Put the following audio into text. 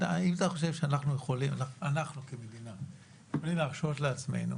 אם אתה חושב שאנחנו כמדינה יכולים להרשות לעצמנו